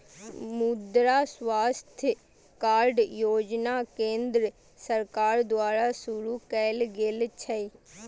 मुद्रा स्वास्थ्य कार्ड योजना केंद्र सरकार द्वारा शुरू कैल गेल छै